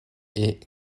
est